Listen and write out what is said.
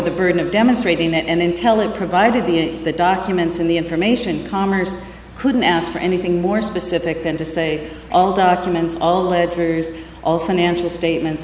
the burden of demonstrating that an intel it provided the in the documents in the information commerce couldn't ask for anything more specific than to say all documents all the letters all financial statements